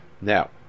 Now